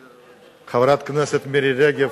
חברת הכנסת מירי רגב.